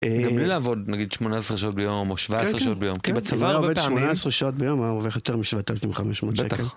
גם בלי לעבוד, נגיד, 18 שעות ביום, או 17 שעות ביום, כי בצבא אני עובד 18 שעות ביום, ואני מרוויח יותר משבעת אלפים חמש מאות שקל.